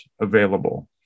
available